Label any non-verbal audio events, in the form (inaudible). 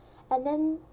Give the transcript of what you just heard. (noise) and then